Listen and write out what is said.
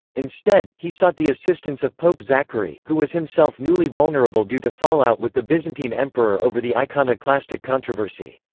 instead, he sought the assistance of pope zachary, who was himself newly vulnerable due to fallout with the byzantine emperor over the iconoclastic controversy.